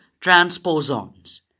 transposons